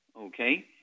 Okay